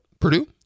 purdue